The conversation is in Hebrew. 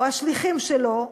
או השליחים שלו,